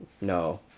No